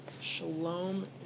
shalom